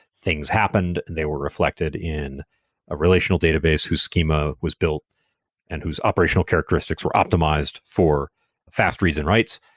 things happened. they were reflected in a relational database whose schema was built and whose operational characteristics were optimized for fast reads and writes.